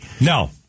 No